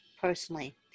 personally